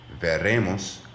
Veremos